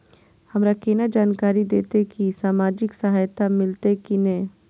हमरा केना जानकारी देते की सामाजिक सहायता मिलते की ने?